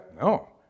No